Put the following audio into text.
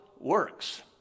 works